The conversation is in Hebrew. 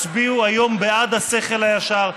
הצביעו היום בעד השכל הישר,